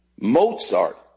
Mozart